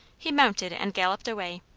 he mounted and galloped away.